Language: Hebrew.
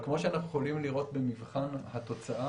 כמו שאנחנו יכולים במבחן התוצאה,